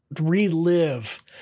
relive